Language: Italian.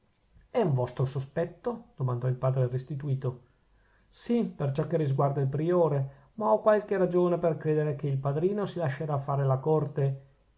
è un vostro sospetto domandò il padre restituto sì per ciò che risguarda il priore ma ho qualche ragione per credere che il padrino si lascerà fare la corte